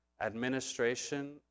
administration